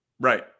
Right